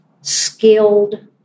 skilled